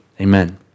Amen